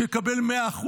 שיקבל 100%,